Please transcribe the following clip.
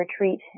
retreat